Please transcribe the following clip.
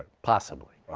possibly.